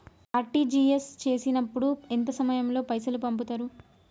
RTGS చేసినప్పుడు ఎంత సమయం లో పైసలు పంపుతరు?